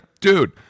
dude